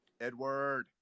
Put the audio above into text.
Edward